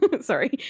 sorry